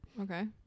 okay